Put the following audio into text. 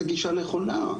זה גישה נכונה,